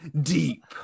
deep